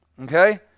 okay